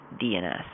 DNS